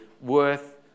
worth